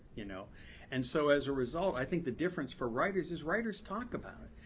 you know and so as a result, i think the difference for writers is writers talk about it.